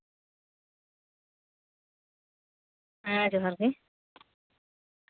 ᱦᱮᱸ ᱡᱚᱦᱟᱨ ᱜᱮ